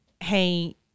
Hey